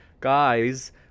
guys